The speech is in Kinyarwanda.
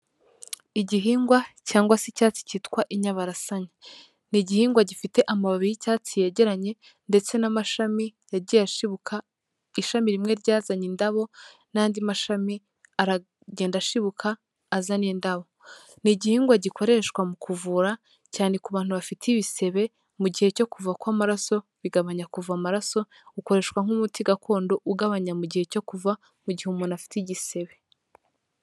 Igihingwa cyangwa se icyatsi cyitwa inyabarasanya, ni igihingwa gifite amababi y'icyatsi yegeranye ndetse n'amashami, yagiye ashibuka, ishami rimwe ryazanye indabo, n'andi mashami aragenda ashibuka, azana indabo. Ni igihingwa gikoreshwa mu kuvura, cyane ku bantu bafite ibisebe, mu gihe cyo kuva kw'amaraso, bigabanya kuva amaraso, ukoreshwa nk'umuti gakondo ugabanya mu gihe cyo kuva, mu gihe umuntu afite igisebe.